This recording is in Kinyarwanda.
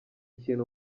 ikintu